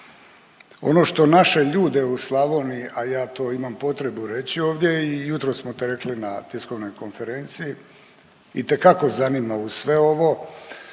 Ono što naše ljude u Slavoniji, a ja to imam potrebu reći ovdje i jutros smo to rekli na tiskovnoj konferenciji itekako zanima uz sve ovo,